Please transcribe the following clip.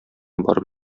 барып